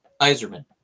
Iserman